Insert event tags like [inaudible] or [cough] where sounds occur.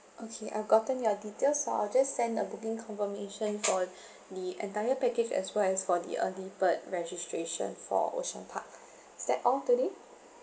okay I've gotten your details so I'll just send a booking confirmation for [breath] the entire package as well as for the early bird registration for ocean park is that all today